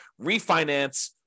refinance